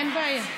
אין בעיה.